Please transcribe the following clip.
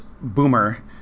boomer